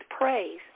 praise